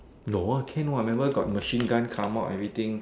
no can what remember got machine gun come out and everything